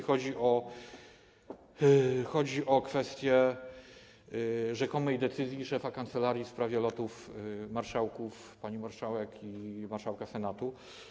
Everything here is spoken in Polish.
Chodzi o kwestię rzekomej decyzji szefa kancelarii w sprawie lotów marszałków, pani marszałek i marszałka Senatu.